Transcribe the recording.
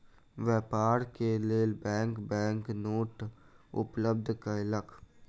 व्यापार के लेल बैंक बैंक नोट उपलब्ध कयलक